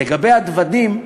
לגבי הדוודים,